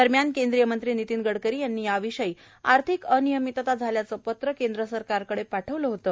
दरम्यान केंद्रीय मंत्री नितीन गडकरी यांनी याविषयी आर्थिक अनियमितता झाल्याचं पत्र केंद्र सरकारकडे पाठवल होत